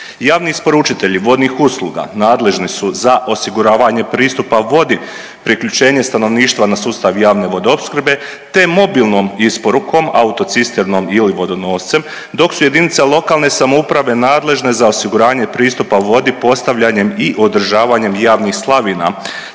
Javni isporučitelji javnih usluga nadležni su za osiguravanje pristupa vodi, priključenje stanovništva na sustav javne vodoopskrbe, te mobilnom isporukom autocisternom ili vodonoscem, dok su jedinice lokalne samouprave nadležne za osiguranje pristupa vodi postavljanjem i održavanjem javnih slavina,